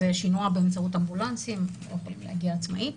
זה שינוע באמצעות אמבולנסים או הגעה עצמאית.